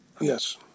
Yes